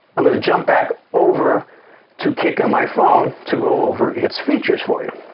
i'm going to jump back over to kik on my phone to go over its features for you.